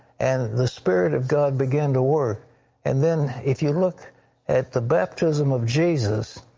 and the spirit of god began to work and then if you look at the baptism of jesus,